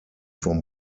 from